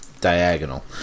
diagonal